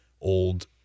old